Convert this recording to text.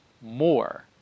more